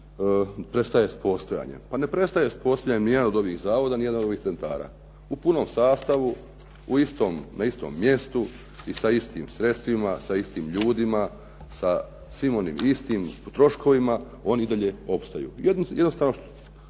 prestaje s postojanjem. Pa ne prestaje s postojanjem nijedan od ovih zavoda, nijedan od ovih centara. U punom sastavu, na istom mjestu, sa istim sredstvima sa istim ljudima, sa svim onim istim troškovima oni i dalje opstaju. Jednostavno kao